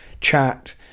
chat